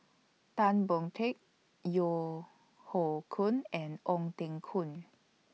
Tan Boon Teik Yeo Hoe Koon and Ong Teng Koon